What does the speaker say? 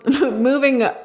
Moving